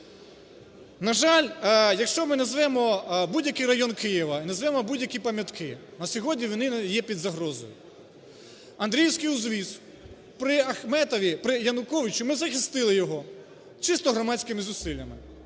На жаль, якщо ми назвемо будь-який район Києва, назвемо будь-які пам'ятки, на сьогодні вони є під загрозою. Андріївський узвіз. При Ахметові, при Януковичі ми захистили його чисто громадськими зусиллями.